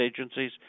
agencies